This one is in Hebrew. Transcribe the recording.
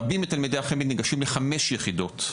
רבים מתלמידי החמ"ד ניגשים ל-5 יחידות.